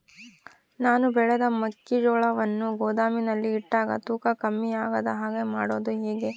ನಾನು ಬೆಳೆದ ಮೆಕ್ಕಿಜೋಳವನ್ನು ಗೋದಾಮಿನಲ್ಲಿ ಇಟ್ಟಾಗ ತೂಕ ಕಮ್ಮಿ ಆಗದ ಹಾಗೆ ಮಾಡೋದು ಹೇಗೆ?